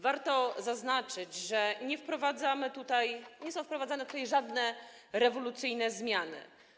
Warto zaznaczyć, że nie wprowadzamy tutaj, nie są wprowadzane tutaj żadne rewolucyjne zmiany.